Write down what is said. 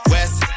West